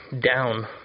down